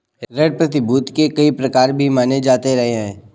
ऋण प्रतिभूती के कई प्रकार भी माने जाते रहे हैं